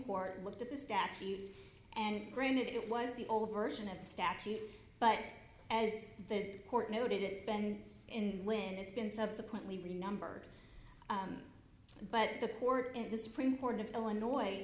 court looked at the statutes and granted it was the old version of the statute but as the court noted it has been in when it's been subsequently renumbered but the court and the supreme court of illinois